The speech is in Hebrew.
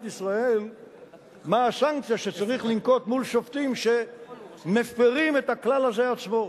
ישראל מה הסנקציה שצריך לנקוט מול שופטים שמפירים את הכלל הזה עצמו.